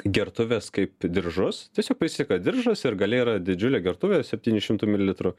gertuvės kaip diržus tiesiog prisisega diržas ir gale yra didžiulė gertuvė septynių šimtų mililitrų